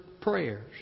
prayers